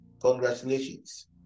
congratulations